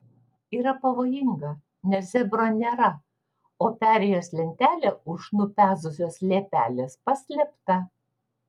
yra pavojinga nes zebro nėra o perėjos lentelė už nupezusios liepelės paslėpta